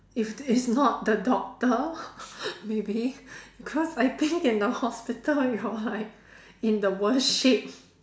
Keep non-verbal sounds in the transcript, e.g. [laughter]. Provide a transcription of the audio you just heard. if it's not the doctor [laughs] maybe cause I think [laughs] in the hospital you're like in the worst shape